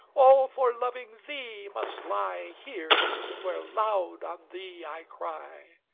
all for loving thee must lie here where loud on thee i cry,